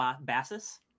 Bassus